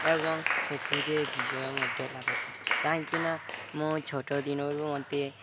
ଏବଂ ସେଥିରେ ବିଜୟ ମଧ୍ୟ ଲାଭ କରିଛି କାହିଁକିନା ମୁଁ ଛୋଟ ଦିନରୁ ମୋତେ